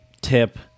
tip